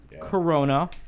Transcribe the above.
Corona